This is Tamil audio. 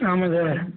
ஆமாம் சார்